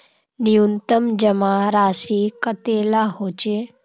न्यूनतम जमा राशि कतेला होचे?